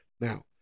Now